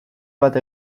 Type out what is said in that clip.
bat